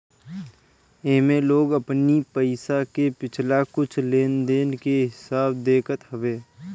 एमे लोग अपनी पईसा के पिछला कुछ लेनदेन के हिसाब देखत हवे